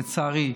לצערי,